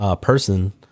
person